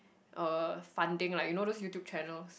uh something like you know those YouTube channels